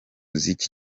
z’iki